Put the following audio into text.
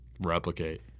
Replicate